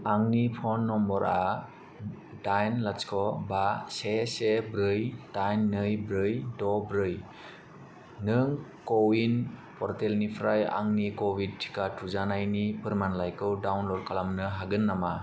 आंनि फन नम्बरआ दाइन लाथिख' बा से से ब्रै दाइन नै ब्रै द' ब्रै नों क'विन प'र्टेलनिफ्राय आंनि क'भिड टिका थुजानायनि फोरमानलाइखौ डाउनल'ड खालामनो हागोन नामा